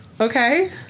Okay